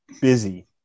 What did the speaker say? busy